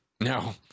no